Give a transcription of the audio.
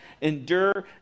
endure